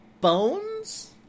bones